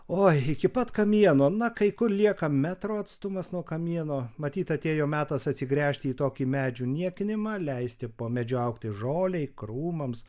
oi iki pat kamieno na kai kur lieka metro atstumas nuo kamieno matyt atėjo metas atsigręžti į tokį medžių niekinimą leisti po medžiu augti žolei krūmams